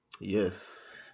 Yes